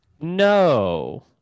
no